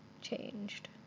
changed